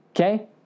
Okay